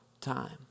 time